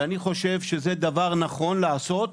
ואני חושב שזה דבר נכון לעשות,